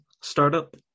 startup